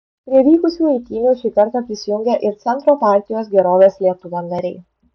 prie vykusių eitynių šį kartą prisijungė ir centro partijos gerovės lietuva nariai